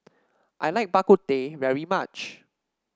I like Bak Kut Teh very much